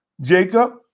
Jacob